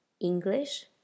English